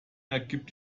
ergibt